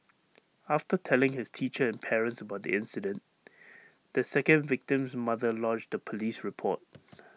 after telling his teacher and parents about the incident the second victim's mother lodged A Police report